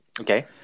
Okay